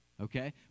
okay